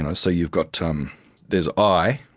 and so you've got, um there's i,